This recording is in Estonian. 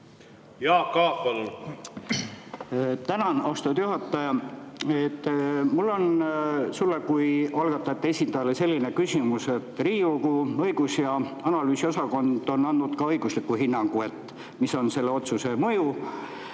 Jaak Aab, palun! Tänan, austatud juhataja! Mul on sulle kui algatajate esindajale selline küsimus. Riigikogu õigus‑ ja analüüsiosakond on andnud õigusliku hinnangu, mis on selle otsuse mõju.